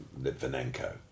Litvinenko